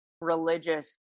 religious